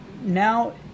now